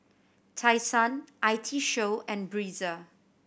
Tai Sun I T Show and Breezer